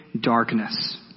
darkness